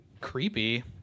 creepy